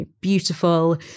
beautiful